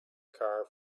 car